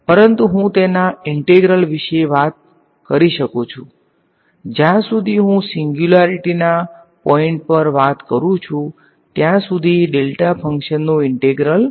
પરંતુ હું તેના ઈન્ટેગ્રલ વિશે વાત કરી શકું છું જ્યાં સુધી હું સિંગ્યુલારીટી ના પોઈંટ પર વાત કરુ ત્યાં સુધી ડેલ્ટા ફંક્શનનો ઈન્ટેગ્રલ 1 છે